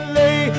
lay